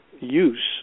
use